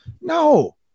No